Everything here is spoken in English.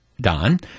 Don